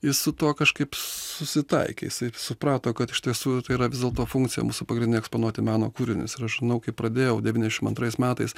jis su tuo kažkaip susitaikė jisai suprato kad iš tiesų tai yra vis dėlto funkcija mūsų pagrindinė eksponuoti meno kūrinius ir aš žinau kai pradėjau devyniasdešimt antrais metais